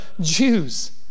Jews